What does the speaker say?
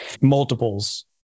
multiples